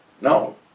No